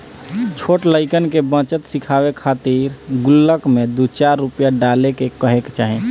छोट लइकन के बचत सिखावे खातिर गुल्लक में दू चार रूपया डाले के कहे के चाही